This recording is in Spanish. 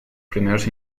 primeros